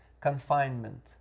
confinement